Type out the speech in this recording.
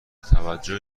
توجه